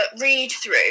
read-through